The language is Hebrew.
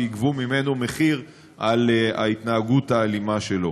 שיגבו ממנו מחיר על ההתנהגות האלימה שלו.